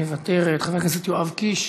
מוותרת, חבר הכנסת יואב קיש,